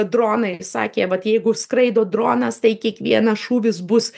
dronai sakė vat jeigu skraido dronas tai kiekvienas šūvis bus